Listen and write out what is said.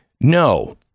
No